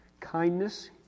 kindness